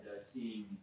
seeing